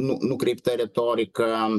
nu nukreipta retorika